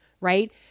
right